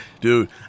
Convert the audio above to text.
Dude